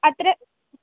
अत्र